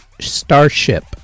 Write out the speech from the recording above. Starship